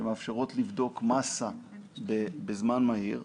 שמאפשרות לבדוק מסה בזמן מהיר.